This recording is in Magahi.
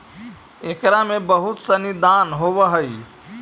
एकरा में बहुत सनी दान होवऽ हइ